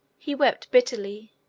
he wept bitterly.